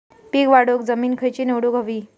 पीक वाढवूक जमीन खैची निवडुक हवी?